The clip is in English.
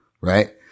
right